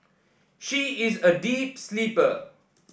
she is a deep sleeper